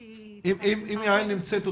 נאמרו פה הרבה דברים ולכן אני לא רוצה להלאות ולחזור